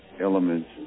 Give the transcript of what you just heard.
elements